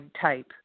type